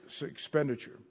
expenditure